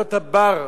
חיות הבר,